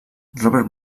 robert